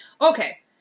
Okay